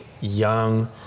Young